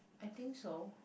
I think so